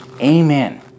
Amen